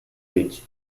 age